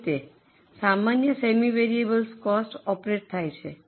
આ રીતે સામાન્ય સેમી વેરિયેબલ કોસ્ટ ઓપરેટ થાય છે